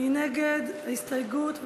מי נגד ההסתייגות?